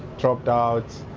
dropped out,